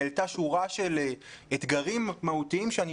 העלתה שורה של אתגרים מהותיים שבמצגת של משרד